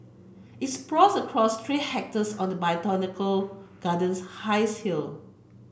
it sprawls across three hectares on the botanical garden's highest hill